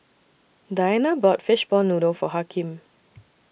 Dianna bought Fishball Noodle For Hakim